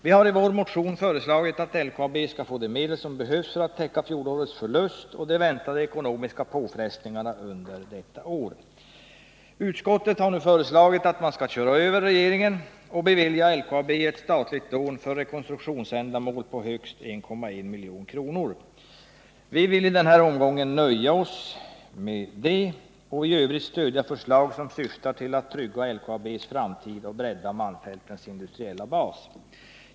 Vi har i vår motion föreslagit att LKAB skall få de medel som behövs för att täcka fjolårets förlust och de väntade ekonomiska påfrestningarna under detta år. Utskottet föreslår nu att man skall köra över regeringen och bevilja LKAB ett statligt lån för rekonstruktionsändamål på högst 1,1 miljarder kr. Vi kommer i denna omgång att nöja oss därmed. I övrigt stödjer vi förslag som syftar till att trygga LKAB:s framtid och bredda malmfältens industriella bas.